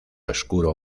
oscuro